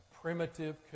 primitive